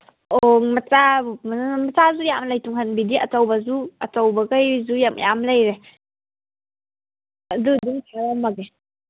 ꯑꯣ ꯃꯆꯥ ꯃꯆꯥꯁꯨ ꯌꯥꯝ ꯂꯩ ꯇꯨꯡꯍꯟꯕꯤꯗꯤ ꯑꯆꯧꯕꯁꯨ ꯑꯆꯧꯕꯒꯩꯁꯨ ꯃꯌꯥꯝ ꯂꯩꯔꯦ ꯑꯗꯨ ꯑꯗꯨꯝ